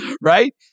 right